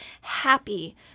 happy